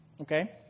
Okay